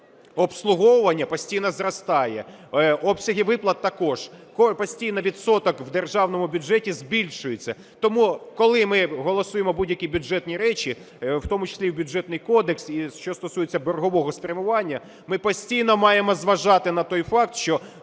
Обслуговування постійно зростає. Обсяги виплат також. Постійно відсоток у державному бюджеті збільшується. Тому, коли ми голосуємо будь-які бюджетні речі, в тому числі і Бюджетний кодекс, що стосується боргового спрямування, ми постійно маємо зважати на той факт, що